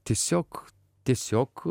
tiesiog tiesiog